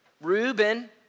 Reuben